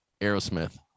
aerosmith